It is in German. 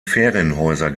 ferienhäuser